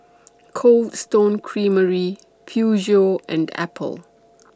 Cold Stone Creamery Peugeot and Apple